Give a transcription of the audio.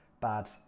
bad